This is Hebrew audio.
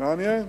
מעניין.